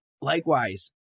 Likewise